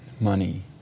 money